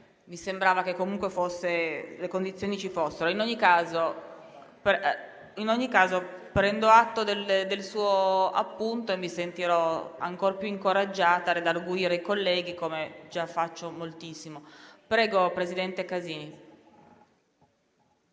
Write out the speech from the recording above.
mi sembrava che comunque le condizioni ci fossero. In ogni caso, prendo atto del suo appunto e mi sentirò ancor più incoraggiata a redarguire i colleghi, come già faccio moltissimo.